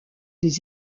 les